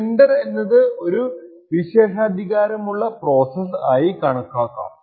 sender എന്നത് ഒരു വിശേഷാധികാരമുള്ള പ്രോസസ്സ് ആയി കണക്കാക്കാം